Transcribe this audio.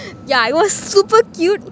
yeah it was super cute